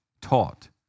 taught